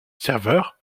serveurs